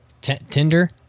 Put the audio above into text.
Tinder